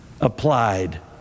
applied